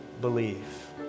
believe